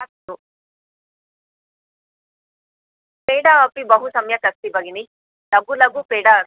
अस्तु पेडा अपि बहु सम्यक् अस्ति भगिनि लघु लघु पेडा अस्ति